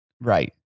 right